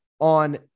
on